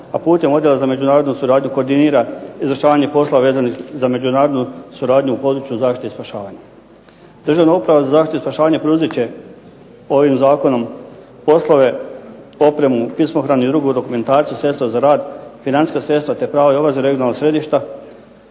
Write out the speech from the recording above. a putem Odjela za međunarodnu suradnju koordinira izvršavanje posla vezanih za međunarodnu suradnju u području zaštite i spašavanja. Državna uprava za zaštitu i spašavanje preuzet će ovim zakonom poslove, opremu, pismohranu i drugu dokumentaciju, sredstva za rad, financijska sredstva te prava i obaveze regionalnih središta